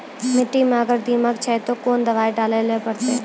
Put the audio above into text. मिट्टी मे अगर दीमक छै ते कोंन दवाई डाले ले परतय?